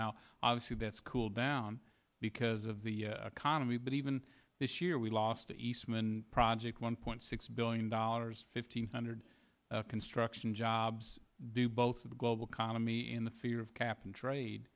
now obviously that's cool down because of the economy but even this year we lost a eastman project one point six billion dollars fifteen hundred construction jobs due both of the global economy in the figure of cap and trade